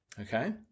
Okay